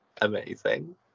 amazing